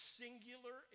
singular